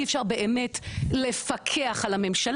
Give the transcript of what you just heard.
אי אפשר באמת לפקח על הממשלה,